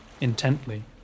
intently